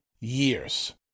years